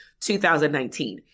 2019